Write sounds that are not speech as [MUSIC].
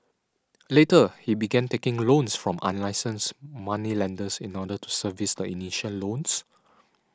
[NOISE] later he began taking loans from unlicensed moneylenders in order to service the initial loans